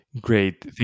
Great